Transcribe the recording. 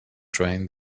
train